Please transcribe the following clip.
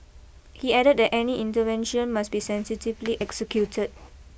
he added that any intervention must be sensitively executed